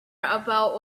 about